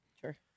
Sure